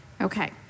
Okay